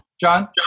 John